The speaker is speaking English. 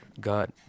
God